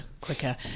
quicker